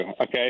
Okay